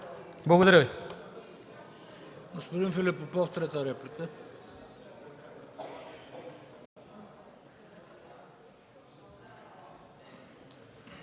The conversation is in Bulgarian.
Благодаря Ви.